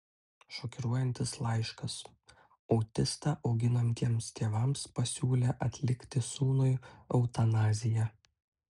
šokiruojantis laiškas autistą auginantiems tėvams pasiūlė atlikti sūnui eutanaziją